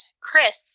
Chris